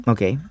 Okay